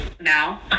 now